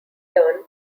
turn